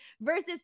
versus